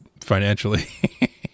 financially